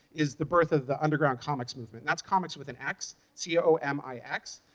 is the birth of the underground comix movement. that's comix with an x c o m i x.